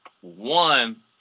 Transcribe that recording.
one